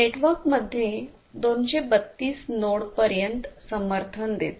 नेटवर्कमध्ये 232 नोड पर्यंत समर्थन देते